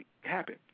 happen